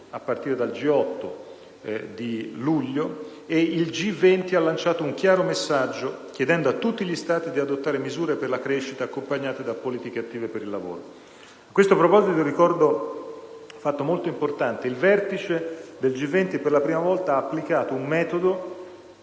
giugno e dal G8 di luglio. Il G20 ha lanciato un chiaro messaggio, chiedendo a tutti gli Stati di adottare misure per la crescita accompagnate da politiche attive per il lavoro. A questo proposito, ricordo un fatto molto importante: il vertice del G20 per la prima volta ha applicato un metodo